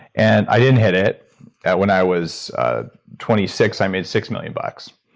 and i didn't hit it when i was ah twenty six, i made six million bucks,